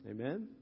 Amen